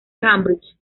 cambridge